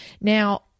now